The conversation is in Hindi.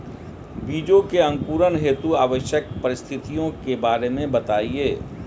बीजों के अंकुरण हेतु आवश्यक परिस्थितियों के बारे में बताइए